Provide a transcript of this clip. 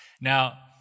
Now